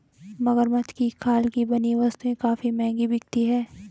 मगरमच्छ की खाल से बनी वस्तुएं काफी महंगी बिकती हैं